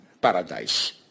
paradise